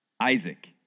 Isaac